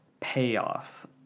payoff